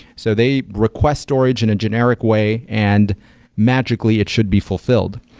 so they request storage in a generic way and magically it should be fulfilled.